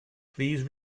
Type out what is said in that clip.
please